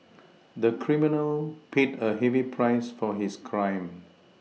the criminal paid a heavy price for his crime